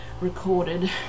recorded